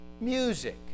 Music